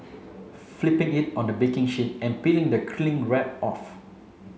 flipping it on the baking sheet and peeling the cling wrap off